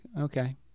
okay